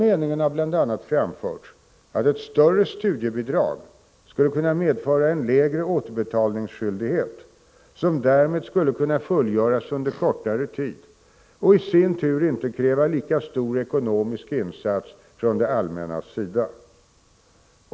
a. har den meningen framförts att ett större studiebidrag skulle kunna medföra en lägre återbetalningsskyldighet, som därmed skulle kunna fullgöras under kortare tid och i sin tur inte kräva lika stor ekonomisk insats från det allmännas sida.